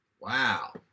Wow